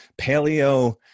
paleo